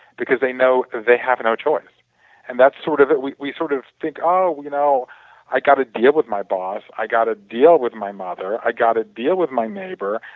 because they know they have no choice and that's sort of it. we we sort of think you know i got to deal with my boss. i got to deal with my mother. i got to deal with my neighbor.